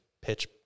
pitch